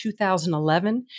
2011